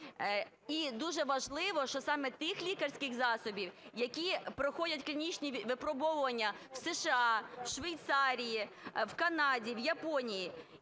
І дуже важливо, що саме тих лікарських засобів, які проходять клінічні випробовування в США, в Швейцарії, в Канаді, в Японії.